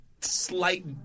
slight –